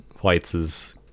White's